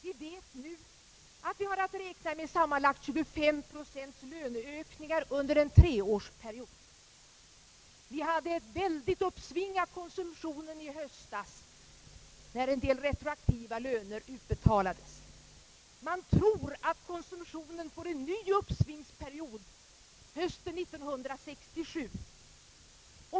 Vi vet nu att vi har att räkna med sammanlagt 25 procents löneökningar under en treårsperiod. Vi hade ett synnerligen stort uppsving av konsumtionen i höstas, när en del retroaktiva löner utbetalades. Det antas att konsumtionen får en ny uppsvingsperiod hösten 1967.